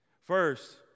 First